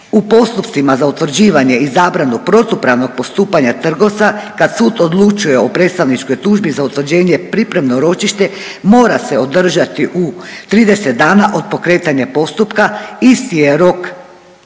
U postupcima za utvrđivanje i zabranu protupravnog postupanja trgovca, kad sud odlučuje o predstavničkoj tužbi za utvrđenje pripremno ročište mora se održati u 30 dana od pokretanja postupka. Isti je rok